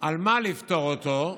על מה לפטור אותו,